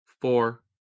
four